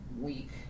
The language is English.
week